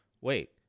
wait